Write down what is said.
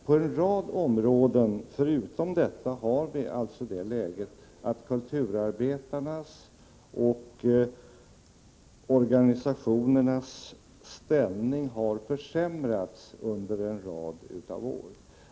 På en rad områden förutom detta har vi alltså det läget att kulturarbetarnas och organisationernas ställning har försämrats under en följd av år.